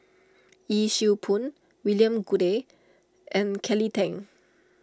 Yee Siew Pun William Goode and Kelly Tang